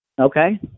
Okay